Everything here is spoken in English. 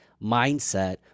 mindset